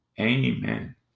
amen